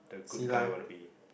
good guy want to be